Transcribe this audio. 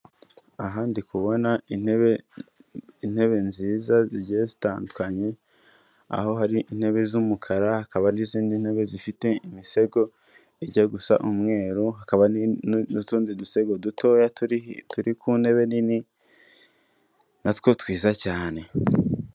Aha ndi kubona intebe, intebe nziza zigiye tandukanye, aho hari intebe z'umukara hakaba n'izindi ntebe zifite imisego ijya gusa umweru, hakaba n'utundi dusego dutoya turi ku ntebe nini, na two twiza cyane.